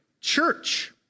church